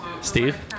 Steve